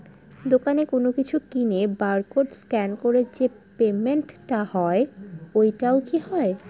দোকানে কোনো কিছু কিনে বার কোড স্ক্যান করে যে পেমেন্ট টা হয় ওইটাও কি হয়?